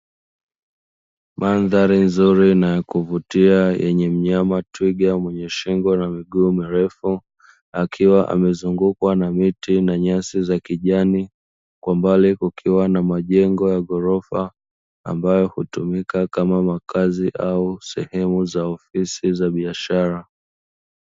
Mandhari nzuri na ya kuvutia yenye mnyama twiga, mwenye shingo na miguu mirefu, akiwa amezungukwa na miti na nyasi za kijani, kwa mbali kukiwa na majengo ya gorofa, ambayo hutumika kama makazi au sehemu za ofisi za biashara.